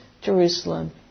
Jerusalem